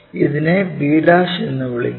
അതിനെ b'എന്ന് വിളിക്കാം